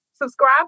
subscribe